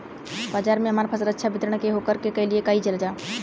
बाजार में हमार फसल अच्छा वितरण हो ओकर लिए का कइलजाला?